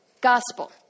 gospel